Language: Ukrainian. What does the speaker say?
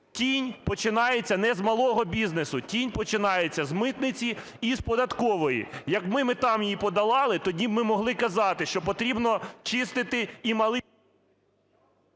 тінь починається не з малого бізнесу, тінь починається з митниці і з податкової. Якби ми там її подолали, тоді б ми могли казати, що потрібно чистити і малий…